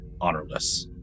honorless